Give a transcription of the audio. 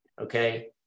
Okay